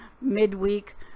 midweek